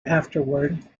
afterward